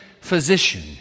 physician